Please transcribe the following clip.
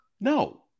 No